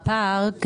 הפער,